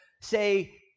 say